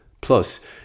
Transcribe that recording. Plus